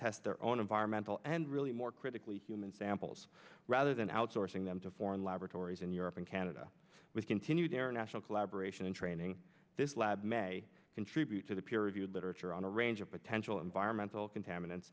test their own environmental and really more critically human samples rather than outsourcing them to foreign laboratories in europe and canada with continued international collaboration and training this lab may contribute to the peer reviewed literature on a range of potential environmental contaminants